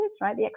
right